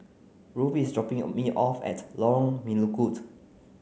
Ruby is dropping me off at Lorong Melukut